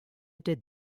did